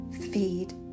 feed